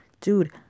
Dude